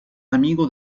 amigo